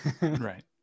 right